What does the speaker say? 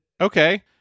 Okay